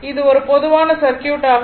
இது ஒரு பொதுவான சர்க்யூட் ஆகும்